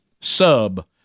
sub